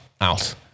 out